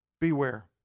Beware